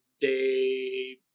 day